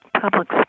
public